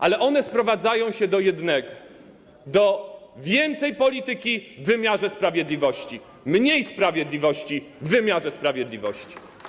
Ale one sprowadzają się do jednego - więcej polityki w wymiarze sprawiedliwości, mniej sprawiedliwości w wymiarze sprawiedliwości.